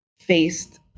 faced